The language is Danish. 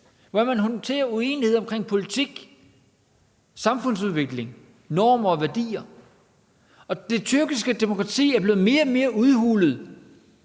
hvordan man håndterer uenighed omkring politik, samfundsudvikling, normer og værdier. Det tyrkiske demokrati er blevet mere og mere udhulet